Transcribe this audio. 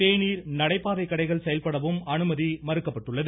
தேநீர் நடைபாதை கடைகள் செயல்படவும் அனுமதி மறுக்கப்பட்டுள்ளது